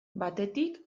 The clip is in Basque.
batetik